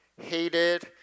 hated